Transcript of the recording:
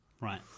right